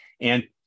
and-